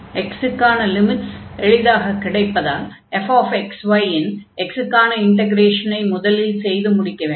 x க்கான limits எளிதாகக் கிடைப்பதால் fxy இன் x க்கான இன்டக்ரேஷனை முதலில் செய்து முடிக்க வேண்டும்